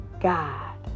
God